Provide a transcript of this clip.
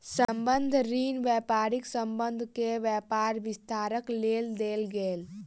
संबंद्ध ऋण व्यापारी सभ के व्यापार विस्तारक लेल देल गेल